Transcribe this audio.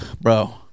bro